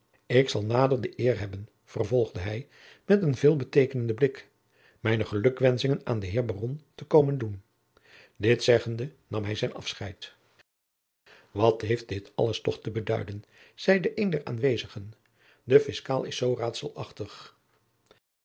ik zal nader de eer hebben vervolgde hij met een veel beteekenenden blik mijne gelukwenschingen aan den heer baron te komen doen dit zeggende nam hij zijn afscheid wat heeft dit alles toch te beduiden zeide een der aanwezigen de fiscaal is zoo raadselachtig